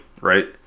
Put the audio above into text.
right